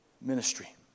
ministry